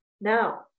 Now